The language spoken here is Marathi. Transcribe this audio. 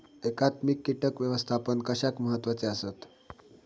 एकात्मिक कीटक व्यवस्थापन कशाक महत्वाचे आसत?